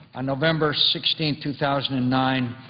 on november sixteen, two thousand and nine,